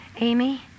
Amy